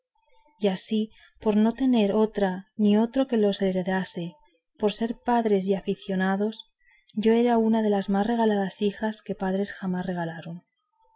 y así por no tener otra ni otro que los heredase como por ser padres y aficionados yo era una de las más regaladas hijas que padres jamás regalaron